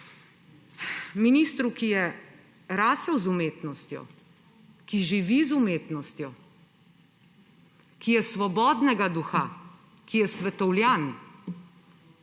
Ministru, ki je rasel z umetnostjo, ki živi z umetnostjo, ki je svobodnega duha, ki je svetovljan,